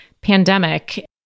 pandemic